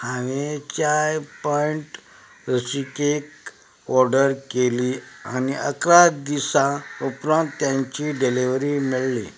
हांवें chai point rusk cake order केल्ली आनी इकरा दिसां उपरांत ताची डिलिव्हरी मेळ्ळी